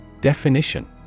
Definition